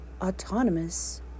Autonomous